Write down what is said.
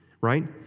right